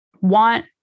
want